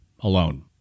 alone